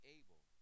able